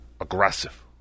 aggressive